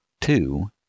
two